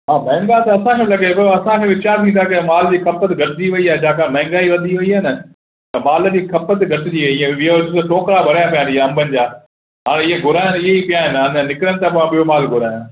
हा महांगा त असांखे बि लॻे पियो असांखे बि विकामिजे त माल माल जी खपत घटिजी वयी आहे ॾाढी महांगाई वधी वयी आहे न त माल जी खपत घटि जी वयी आहे इहो टोकरा भरिया पिया आहिनि अंबनि जा हाणे ई घुरायां इहे ई पिया आहिनि अञा निकिरनि त ॿियो माल घुरायां